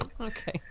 Okay